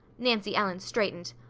nancy ellen straightened.